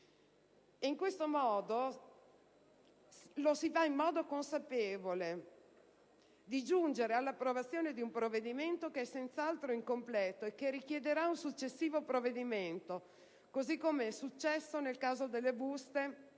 Si decide, quindi, consapevolmente di giungere all'approvazione di un provvedimento che è senz'altro incompleto e che richiederà un successivo provvedimento, così com'è successo nel caso delle buste